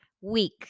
week